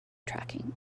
tracking